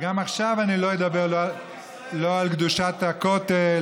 וגם עכשיו אני לא אדבר לא על קדושת הכותל